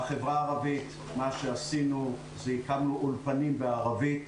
בחברה הערבית הקמנו אולפנים בערבית.